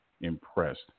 impressed